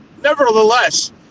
Nevertheless